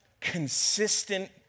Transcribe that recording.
consistent